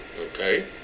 Okay